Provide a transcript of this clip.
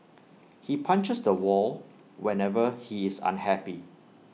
he punches the wall whenever he is unhappy